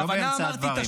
לא באמצע הדברים.